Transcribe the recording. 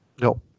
No